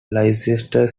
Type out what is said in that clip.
leicester